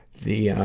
the, ah,